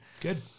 Good